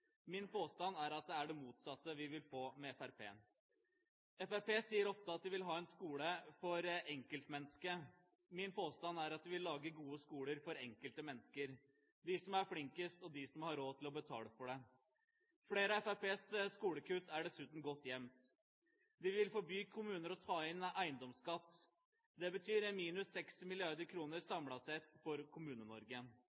Min påstand er at det er det motsatte vi vil få med Fremskrittspartiet. Fremskrittspartiet sier ofte at de vil har en skole for enkeltmennesket. Min påstand er at de vil lage gode skoler for enkelte mennesker: de som er flinkest, og de som har råd til å betale for det. Flere av Fremskrittspartiets skolekutt er dessuten godt gjemt. De vil forby kommuner å ta inn eiendomsskatt. Det betyr minus